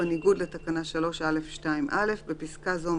בניגוד לתקנה 3א(2)(א); בפסקה זו,